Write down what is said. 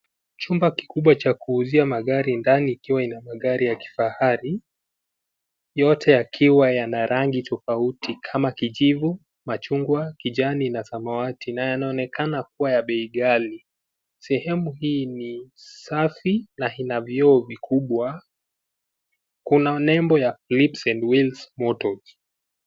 Chumba kikubwa cha kuuzia magari ndani ikiwa ina magari ya kifahari, yote yakiwa yana rangi tofauti kama kijivu, machungwa, kijani na samawati na yanaonekana kuwa ya bei ghali. Sehemu hii ni safi na ina vioo vikubwa. Kuna nembo ya Lit's and Will's Motor.